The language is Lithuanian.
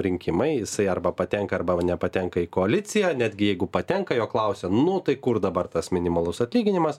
rinkimai jisai arba patenka nepatenka į koaliciją netgi jeigu patenka jo klausia nu tai kur dabar tas minimalus atlyginimas